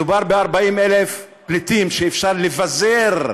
מדובר ב-40,000 פליטים שאפשר לבזר,